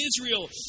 Israel